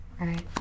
Right